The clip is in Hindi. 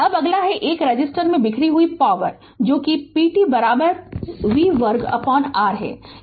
अब अगला है 1 रेसिस्टर में बिखरी हुई पॉवर जो कि p t v वर्ग R है